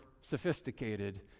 sophisticated